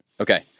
Okay